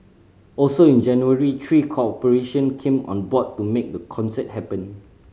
also in January three corporation came on board to make the concert happen